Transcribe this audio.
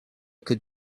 could